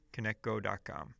connectgo.com